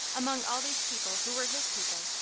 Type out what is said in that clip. among all these people who were his people,